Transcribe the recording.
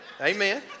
Amen